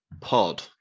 pod